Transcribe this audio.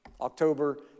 October